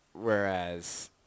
whereas